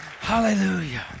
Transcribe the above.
Hallelujah